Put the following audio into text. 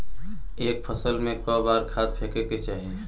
एक फसल में क बार खाद फेके के चाही?